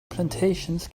plantations